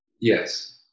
Yes